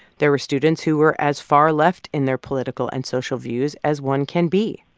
there were students who were as far left in their political and social views as one can be,